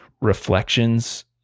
reflections